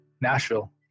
Nashville